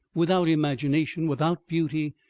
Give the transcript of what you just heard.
without imagination, without beauty,